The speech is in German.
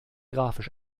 grafisch